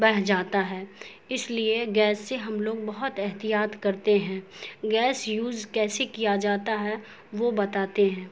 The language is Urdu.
بہہ جاتا ہے اس لیے گیس سے ہم لوگ بہت احتیاط کرتے ہیں گیس یوز کیسے کیا جاتا ہے وہ بتاتے ہیں